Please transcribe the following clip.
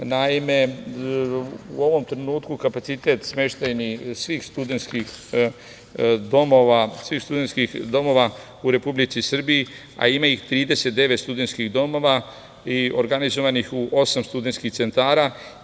Naime, u ovom trenutku kapacitet smeštajnih svih studentskih domova u Republici Srbiji, a ima 39 studentskih domova organizovanih u osam studentskih centara.